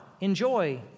enjoy